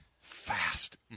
Fast